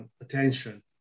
attention